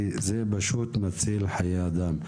כי זה פשוט מציל חיי אדם.